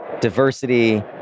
diversity